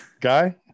Guy